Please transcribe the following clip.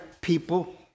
people